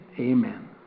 amen